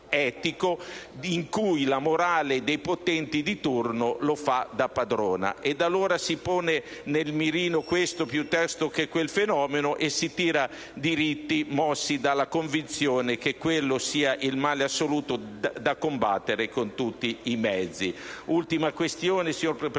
in cui la morale dei potenti di turno la fa da padrona. Ed allora, si pone nel mirino questo piuttosto che quel fenomeno e si tira dritti, mossi dalla convinzione che quello sia il male assoluto, da combattere con tutti i mezzi. Infine, signor Presidente,